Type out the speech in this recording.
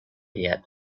yet